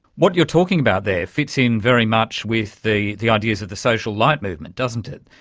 what you're talking about there fits in very much with the the ideas of the social light movement, doesn't it,